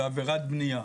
בעבירת בנייה